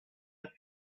the